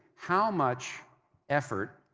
how much effort